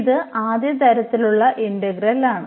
ഇത് ആദ്യ തരത്തിലുള്ള ഇന്റഗ്രൽ ആണ്